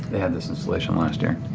the had this installation last year.